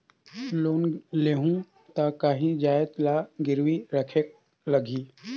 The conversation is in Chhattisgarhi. लोन लेहूं ता काहीं जाएत ला गिरवी रखेक लगही?